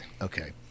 Okay